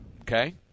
Okay